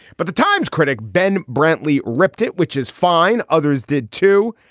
but the times critic ben brantley ripped it, which is fine. others did, too.